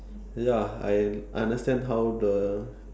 ya I understand how the